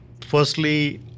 Firstly